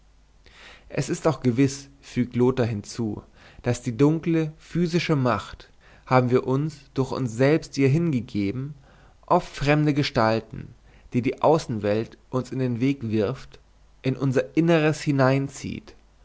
es ist auch gewiß fügt lothar hinzu daß die dunkle psychische macht haben wir uns durch uns selbst ihr hingegeben oft fremde gestalten die die außenwelt uns in den weg wirft in unser inneres hineinzieht